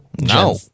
no